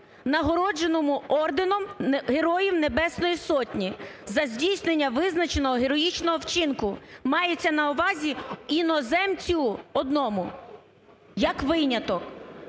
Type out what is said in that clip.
нагородженому орденом Героїв Небесної Сотні за здійснення визначного героїчного вчинку, мається на увазі іноземцю одному як виняток.